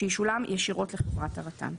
שישולם ישירות לחברת הרט"ן.